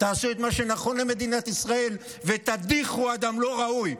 תעשו את מה שנכון למדינת ישראל ותדיחו מכאן אדם לא ראוי,